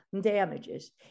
damages